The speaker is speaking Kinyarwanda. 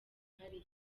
hariya